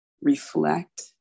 reflect